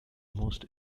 most